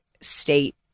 state